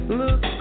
look